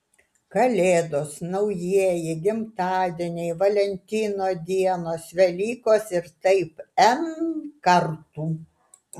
kalėdos naujieji gimtadieniai valentino dienos velykos ir taip n kartų